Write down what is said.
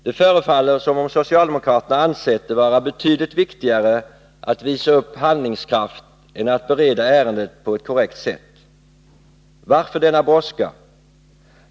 Det förefaller som om socialdemokraterna ansett det vara betydligt viktigare att visa upp handlingskraft än att bereda ärendet på ett korrekt sätt. Varför denna brådska?